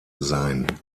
sein